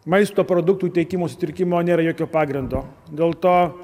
maisto produktų tiekimo sutrikimo nėra jokio pagrindo dėl to